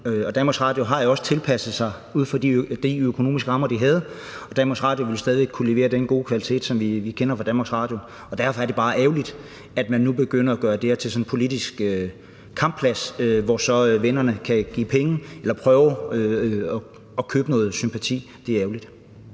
Danmarks Radio har jo også tilpasset sig inden for de økonomiske rammer, de har, og Danmarks Radio vil stadig væk kunne levere den gode kvalitet, som vi kender fra Danmarks Radio. Derfor er det bare ærgerligt, at man nu begynder at gøre det her til sådan en politisk kampplads, hvor så vennerne kan give penge eller prøve at købe noget sympati. Det er ærgerligt.